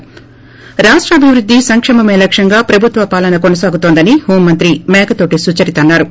ి రాష్ట అభివృద్ది సంకేమమే లక్ష్యంగా ప్రభుత్వపాలన కొనసాగుతోందని హోంమంత్రి మేకతోటి సుచరిత అన్నారు